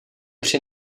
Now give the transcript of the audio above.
při